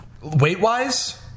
Weight-wise